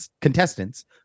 contestants